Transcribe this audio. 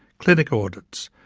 clinic audits,